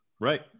Right